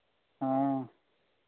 हाँ